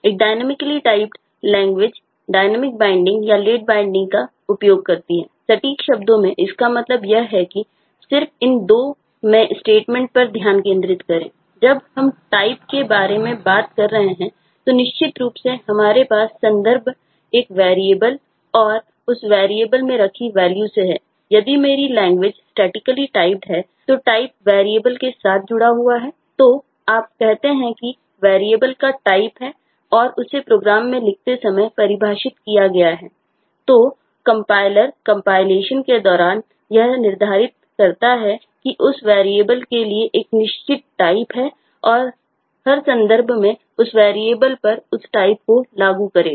एक dynamically typed language को लागू करेगा